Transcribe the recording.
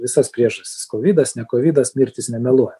visas priežastis kovidas ne kovidas mirtys nemeluoja